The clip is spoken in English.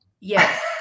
Yes